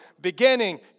beginning